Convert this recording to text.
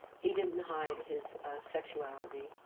he didn't hide his sexuality.